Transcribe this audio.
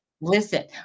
Listen